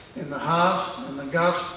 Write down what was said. in the heart, and the gut,